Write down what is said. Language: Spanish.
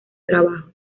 trabajo